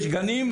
יש גנים,